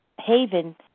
haven